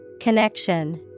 Connection